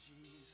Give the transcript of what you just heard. Jesus